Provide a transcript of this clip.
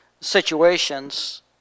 situations